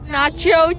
Nacho